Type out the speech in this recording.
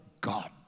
God